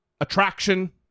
attraction